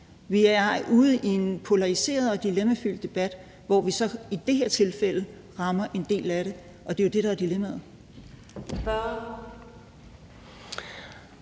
Vi er ude i en polariseret og dilemmafyldt debat, hvor vi så i det her tilfælde rammer en del af det, og det er jo det, der er dilemmaet.